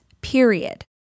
period